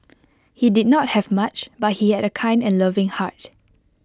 he did not have much but he had A kind and loving heart